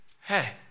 Hey